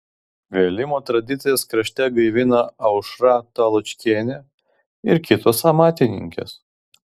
vėlimo tradicijas krašte gaivina aušra taločkienė ir kitos amatininkės